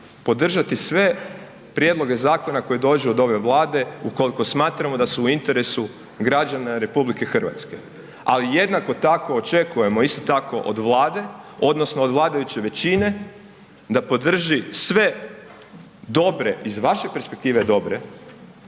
podržati sve prijedloge zakona koji dođu od ove vlade ukoliko smatramo da su u interesu građana RH. Ali jedno tako očekujemo, isto tako od vlade odnosno od vladajuće većine da podrži sve dobre, iz vaše perspektive, dobre